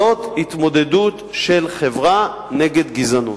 זאת התמודדות של חברה נגד גזענות.